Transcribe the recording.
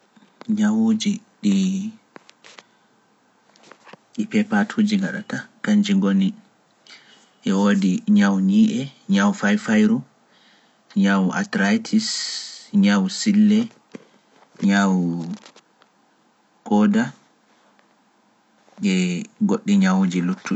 Ñawuuji ɗi peepatuuji gaɗata, kañji ngoni e woodi ñawu ñii’e, ñawu fayfayru, ñawu astaritis, ñawu sille, ñawu kooda, e goɗɗi ñawuuji luttuɗi.